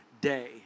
day